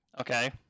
Okay